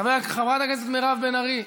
חברת הכנסת מירב בן ארי,